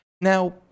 Now